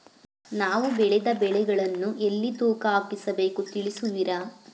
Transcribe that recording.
ನಾವು ಬೆಳೆದ ಬೆಳೆಗಳನ್ನು ಎಲ್ಲಿ ತೂಕ ಹಾಕಿಸ ಬೇಕು ತಿಳಿಸುವಿರಾ?